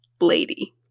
Lady